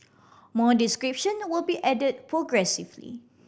more description will be added progressively